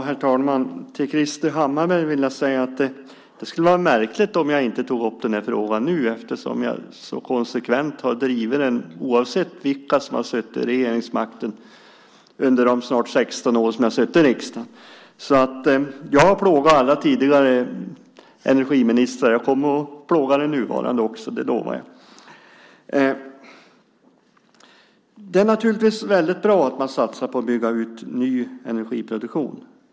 Herr talman! Till Krister Hammarbergh vill jag säga att det skulle vara märkligt om jag inte tog upp den här frågan nu, eftersom jag så konsekvent har drivit den oavsett vilka som har haft regeringsmakten under de snart 16 år som jag har suttit i riksdagen. Jag har plågat alla tidigare energiministrar. Jag kommer också att plåga den nuvarande. Det lovar jag. Det är väldigt bra att man satsar på att bygga ut ny energiproduktion.